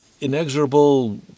inexorable